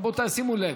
רבותיי, שימו לב: